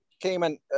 Cayman